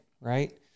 right